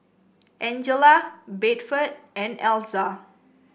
Angella Bedford and Elza